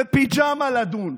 בפיג'מה, לדון.